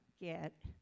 get